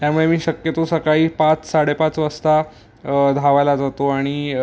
त्यामुळे मी शक्यतो सकाळी पाच साडेपाच वाजता धावायला जातो आणि